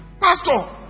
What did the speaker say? pastor